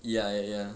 ya ya ya